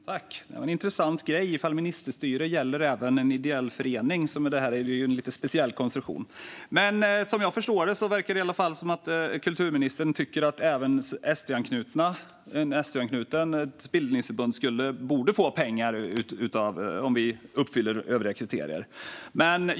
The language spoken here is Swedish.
Fru talman! Det var en intressant grej - om ministerstyre gäller även en ideell förening. Det här är ju en lite speciell konstruktion. Som jag förstår det verkar det i alla fall som att kulturministern tycker att även ett SD-anknutet bildningsförbund borde få pengar om det skulle uppfylla övriga kriterier.